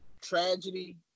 tragedy